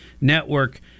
network